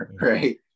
Right